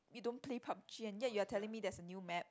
you don't play Pup-g and yet you are telling me there's a new map